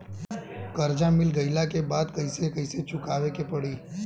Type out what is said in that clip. कर्जा मिल गईला के बाद कैसे कैसे चुकावे के पड़ी?